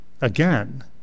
again